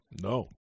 No